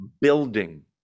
building